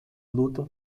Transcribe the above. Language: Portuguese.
lutam